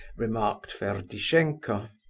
remarked ferdishenko.